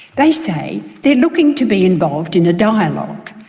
they say they're looking to be involved in a dialogue.